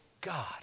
God